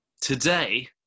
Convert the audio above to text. Today